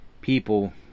People